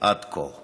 עד כה.